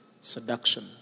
seduction